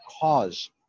cause